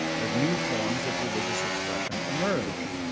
as new forms of religious expression emerge,